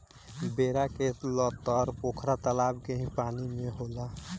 बेरा के लतर पोखरा तलाब के ही पानी में होला